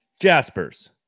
jaspers